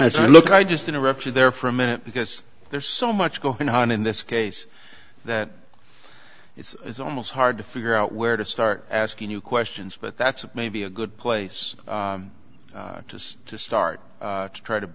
as i look i just interrupt you there for a minute because there's so much going on in this case that it's almost hard to figure out where to start asking you questions but that's maybe a good place to start to try to